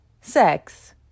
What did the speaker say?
sex